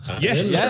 Yes